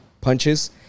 punches